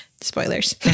Spoilers